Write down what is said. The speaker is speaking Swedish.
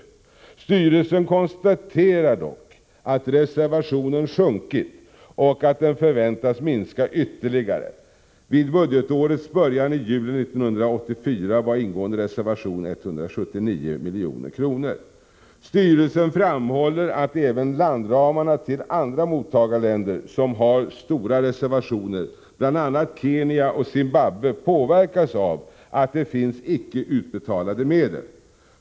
Styrelsen konstaterar dock att reservationen sjunkit och att den förväntas minska ytterligare. Vid budgetårets början i juli 1984 var ingående reservation 179 milj.kr. Styrelsen framhåller att även landramarna till andra mottagarländer som harstora reservationer, bl.a. Kenya och Zimbabwe, påverkas av att det finns icke utbetalade medel.